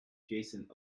jason